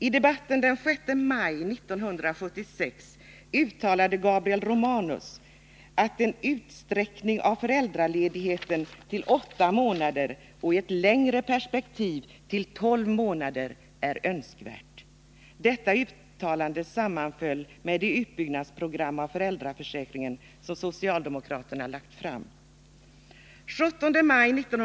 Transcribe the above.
I debatten den 6 maj 1976 uttalade Gabriel Romanus att en utsträckning av föräldraledigheten till åtta månader och i ett längre perspektiv till tolv månader var önskvärd. Detta uttalande sammanföll med det utbyggnadsprogram för föräldraförsäkringen som socialdemokraterna lagt fram.